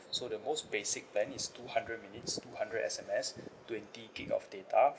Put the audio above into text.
so the most basic plan is two hundred minutes two hundred S_M_S twenty gig of data